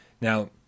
Now